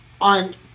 on